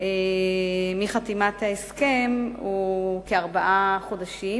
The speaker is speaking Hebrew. מחתימת ההסכם הוא כארבעה חודשים,